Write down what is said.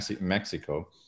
mexico